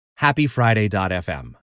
happyfriday.fm